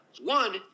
One